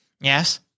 Yes